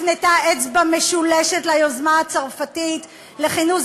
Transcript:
הפנתה אצבע משולשת ליוזמה הצרפתית לכינוס